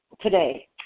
today